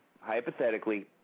hypothetically